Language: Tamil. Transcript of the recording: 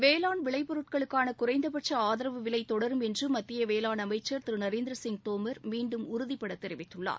வேளாண் விளைப் பொருட்களுக்கான குறைந்தபட்ச ஆதரவு விலை தொடரும் என்று மத்திய வேளாண் அமைச்சர் திரு நரேந்திரசிங் தோமர் மீண்டும் உறுதிபட தெரிவித்துள்ளார்